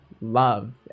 love